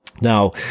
Now